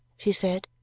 she said,